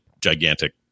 gigantic